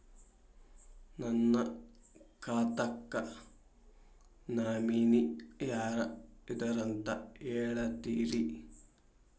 ನನ್ನ ಖಾತಾಕ್ಕ ನಾಮಿನಿ ಯಾರ ಇದಾರಂತ ಹೇಳತಿರಿ?